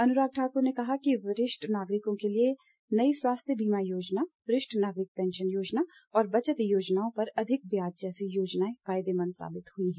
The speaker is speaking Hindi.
अनुराग ठाकुर ने कहा कि वरिष्ठ नागरिकों के लिए नई स्वास्थ्य बीमा योजना वरिष्ठ नागरिक पैंशन योजना और बचत योजनाओं पर अधिक ब्याज जैसी योजनाएं फायदेमंद साबित हुई हैं